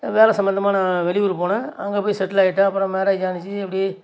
வேலை சம்மந்தமாக நான் வெளியூர் போனேன் அங்கேப் போய் செட்டில் ஆகிட்டேன் அப்புறம் மேரேஜ் ஆணுச்சு அப்படியே